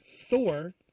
Thor